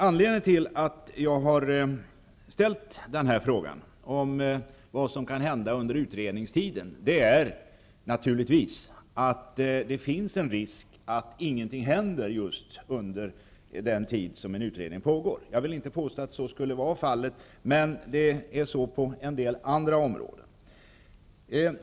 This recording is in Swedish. Anledningen till att jag ställt frågan om vad som kan hända under utredningstiden är naturligtvis att det finns en risk att ingenting händer under den tid som utredning pågår. Jag vill inte påstå att det skulle bli fallet, men så är det på en del andra områden.